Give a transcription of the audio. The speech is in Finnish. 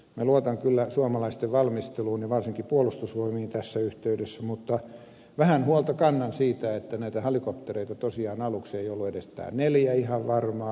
minä luotan kyllä suomalaisten valmisteluun ja varsinkin puolustusvoimiin tässä yhteydessä mutta vähän huolta kannan siitä että näitä helikoptereita tosiaan aluksi ei ollut edes neljää ihan varmaa